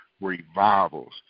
revivals